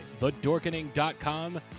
thedorkening.com